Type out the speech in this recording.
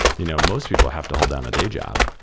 you know most people have to hold on a day job,